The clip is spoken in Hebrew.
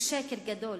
ושקר גדול.